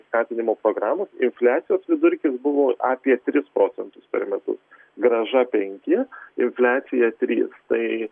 skatinimo programos infliacijos vidurkis buvo apie tris procentus per metus grąža penki infliacija trys tai